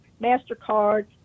MasterCard